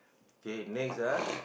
K next ah